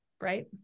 Right